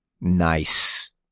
Nice